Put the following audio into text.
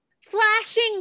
flashing